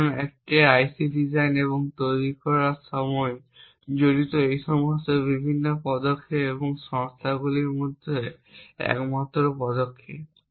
এখন একটি IC design এবং তৈরির সময় জড়িত এই সমস্ত বিভিন্ন পদক্ষেপ এবং সংস্থাগুলির মধ্যে একমাত্র পদক্ষেপ